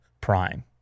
Prime